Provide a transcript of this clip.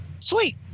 sweet